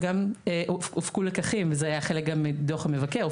גם הופקו לקחים וזה היה חלק גם מדוח המבקר.